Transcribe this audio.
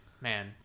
man